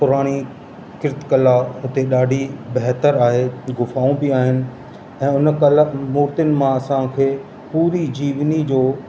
पुराणी कृत कला हुते ॾाढी बेहतर आहे गुफाऊं बि आहिनि ऐं उन कलफ मोतियुनि मां असांखे पूरी जीवनी जो